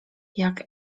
jak